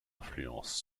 influence